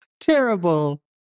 Terrible